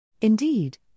Indeed